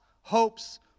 hopes